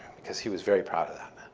because he was very proud of that.